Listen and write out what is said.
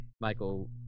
Michael